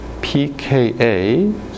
pKa